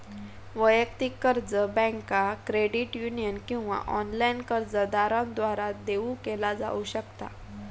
वैयक्तिक कर्ज बँका, क्रेडिट युनियन किंवा ऑनलाइन कर्जदारांद्वारा देऊ केला जाऊ शकता